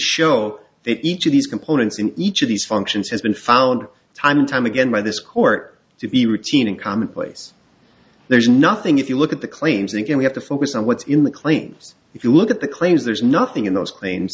show that each of these components in each of these functions has been found time and time again by this court to be routine and commonplace there's nothing if you look at the claims again we have to focus on what's in the claims if you look at the claims there's nothing in those cla